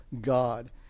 God